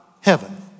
heaven